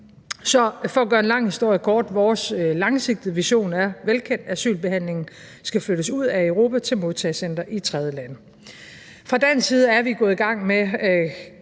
Så for at gøre en lang historie kort er vores langsigtede vision velkendt, nemlig at asylsagsbehandlingen skal flyttes ud af Europa til modtagecentre i tredjelande. Fra dansk side er vi gået i gang med